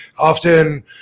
often